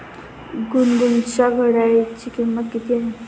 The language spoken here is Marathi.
गुनगुनच्या घड्याळाची किंमत किती आहे?